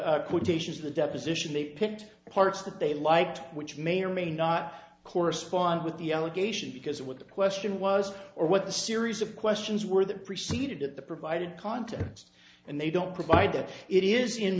the quotations of the deposition they picked the parts that they liked which may or may not correspond with the allegation because what the question was or what the series of questions were that preceded it the provided context and they don't provide that it is in